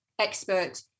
expert